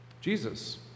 Jesus